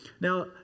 Now